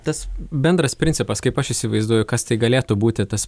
tas bendras principas kaip aš įsivaizduoju kas tai galėtų būti tas